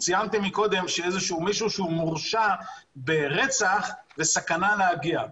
ציינתם קודם מישהו שמורשע ברצח וסכנה להגיע למקום.